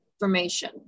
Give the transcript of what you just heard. information